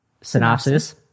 synopsis